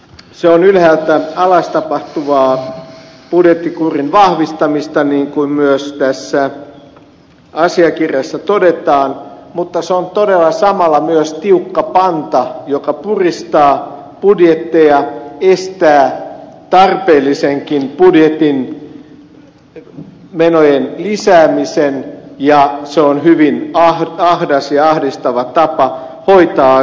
se on ylhäältä alas tapahtuvaa budjettikurin vahvistamista niin kuin myös tässä asiakirjassa todetaan mutta se on todella samalla myös tiukka panta joka puristaa budjetteja estää budjetin tarpeellistenkin menojen lisäämisen ja se on hyvin ahdas ja ahdistava tapa hoitaa asioita